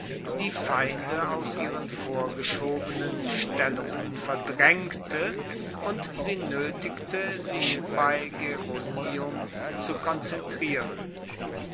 die feinde aus ihren vorgeschobenen stellungen verdraengte und sie noetigte sich bei gerunium zu konzentrieren